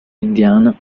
indiana